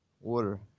Water